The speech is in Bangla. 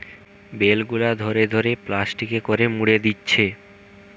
বেল গুলা ধরে ধরে প্লাস্টিকে করে মুড়ে দিচ্ছে